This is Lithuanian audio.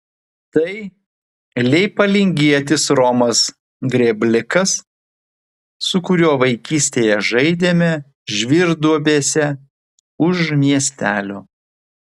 tai leipalingietis romas grėblikas su kuriuo vaikystėje žaidėme žvyrduobėse už miestelio